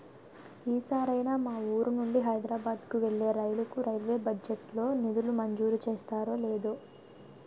ఈ సారైనా మా వూరు నుండి హైదరబాద్ కు వెళ్ళే రైలుకు రైల్వే బడ్జెట్ లో నిధులు మంజూరు చేస్తారో లేదో